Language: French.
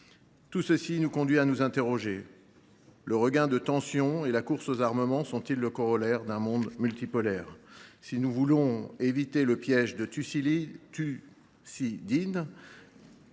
Tout cela nous conduit à nous interroger : le regain de tensions et la course aux armements sont ils les corollaires d’un monde multipolaire ?